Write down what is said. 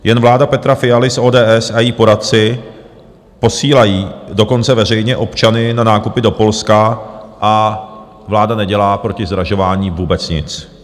Jen vláda Petra Fialy z ODS a její poradci posílají dokonce veřejně občany na nákupy do Polska a vláda nedělá proti zdražování vůbec nic.